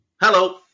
Hello